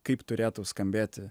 kaip turėtų skambėti